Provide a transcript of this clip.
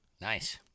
Nice